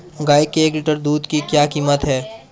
गाय के एक लीटर दूध की क्या कीमत है?